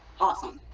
Awesome